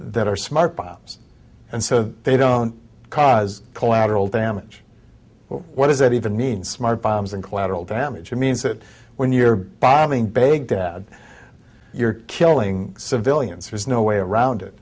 that are smart bombs and so they don't cause collateral damage but what does that even mean smart bombs and collateral damage means that when you're bombing baghdad you're killing civilians there's no way around it